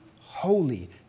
holy